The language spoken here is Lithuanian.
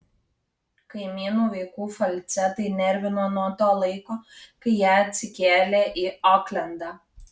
kaimynų vaikų falcetai nervino nuo to laiko kai jie atsikėlė į oklendą